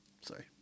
Sorry